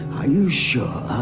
ah? are you sure?